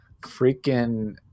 freaking